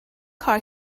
کار